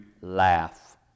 laugh